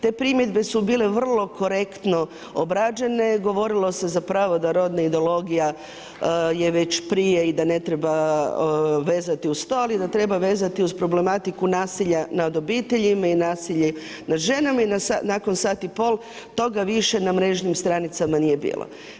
Te primjedbe su bile vrlo korektno obrađene, govorilo se zapravo da rodna ideologija je već prije i da ne treba vezati uz to ali da treba vezati uz problematiku nasilja nad obitelji i nasilje nad ženama i nakon sat i pol, toga više na mrežnim stranicama nije bilo.